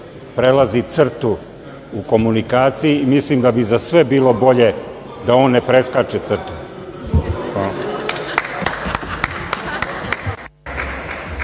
prelazi crtu u komunikaciji i mislim da bi za sve bilo bolje da on ne preskače crtu.